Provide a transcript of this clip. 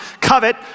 covet